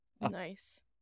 Nice